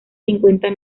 cincuenta